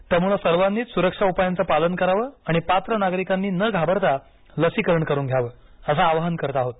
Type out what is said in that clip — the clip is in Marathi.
त्यामुळे सर्वांनीच सुरक्षा उपायांचं पालन करावं आणि पात्र नागरिकांनी न घाबरता लसीकरण करून घ्यावं असं आवाहन करत आहोत